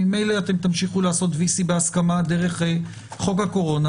ממילא תמשיכו לעשות VC בהסכמה דרך חוק הקורונה,